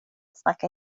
snacka